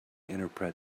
interpret